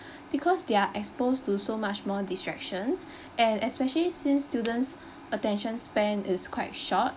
because they're exposed to so much more distractions and especially since student's attention span is quite short